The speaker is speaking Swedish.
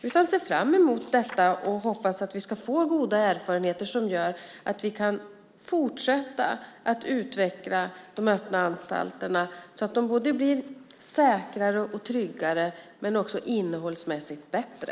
Jag ser fram emot detta, och jag hoppas att vi ska få goda erfarenheter som gör att vi kan fortsätta att utveckla de öppna anstalterna så att de både blir säkrare och tryggare men också innehållsmässigt bättre.